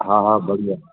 हा हा बढ़िया